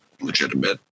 legitimate